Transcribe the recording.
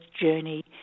journey